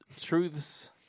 truths